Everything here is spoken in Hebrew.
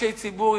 כאישי ציבור,